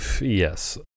Yes